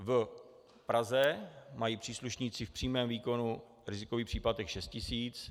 V Praze mají příslušníci v přímém výkonu rizikový příplatek šest tisíc.